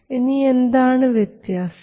ഇനി എന്താണ് വ്യത്യാസം